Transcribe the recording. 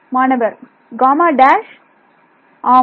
மாணவர் ஆம்